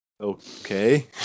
Okay